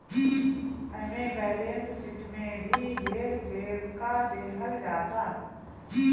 एमे balance sheet में भी हेर फेर क देहल जाता